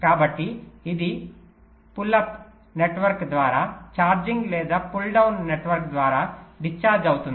కాబట్టి ఇది pull up network ద్వారా ఛార్జింగ్ లేదా పుల్ డౌన్ నెట్వర్క్ ద్వారా డిశ్చార్జ్ అవుతుంది